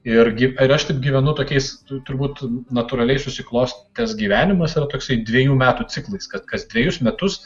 irgi ar aš taip gyvenu tokiais turbūt natūraliai susiklostęs gyvenimas yra toksai dvejų metų ciklais kad kas dvejus metus